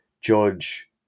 judge